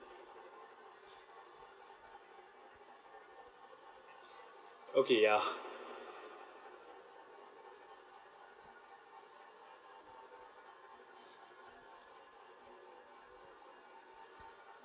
okay ya